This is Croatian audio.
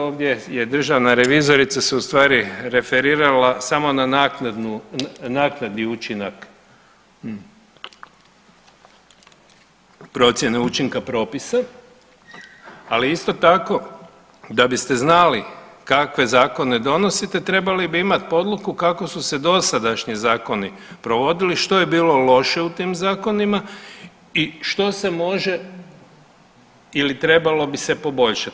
Ovi, ovdje je državna revizorica se u stvari referirala samo na naknadnu, naknadni učinak procjene učinka propisa, ali isto tako, da biste znali kakve zakone donosite trebali bi imati podlogu kako su se dosadašnji zakoni provodili, što je bilo loše u tim zakonima, i što se može ili trebalo bi se poboljšati.